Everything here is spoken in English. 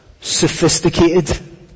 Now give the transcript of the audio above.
sophisticated